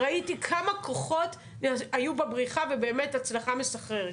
ראיתי כמה כוחות היו בבריחה, ובאמת הצלחה מסחררת.